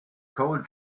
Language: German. cole